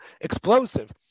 explosive